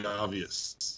obvious